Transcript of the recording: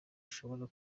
ashobora